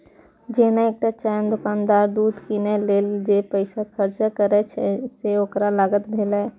जेना एकटा चायक दोकानदार दूध कीनै लेल जे पैसा खर्च करै छै, से ओकर लागत भेलै